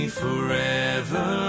forever